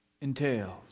entails